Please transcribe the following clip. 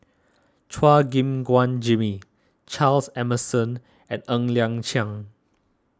Chua Gim Guan Jimmy Charles Emmerson and Ng Liang Chiang